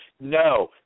No